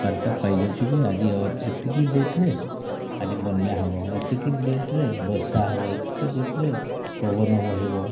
ବାର୍ତ୍ତା ପାଇଯାଉଛୁ ଯେ ଆଜି ଏତିକି ଡେଟ୍ରେ ଆଜି ବନ୍ୟା ହେବ ଏତିକି ଡେଟ୍ରେ ବର୍ଷା ହେବ ଏତିକି ଡେଟ୍ରେ ପବନ ବହିବ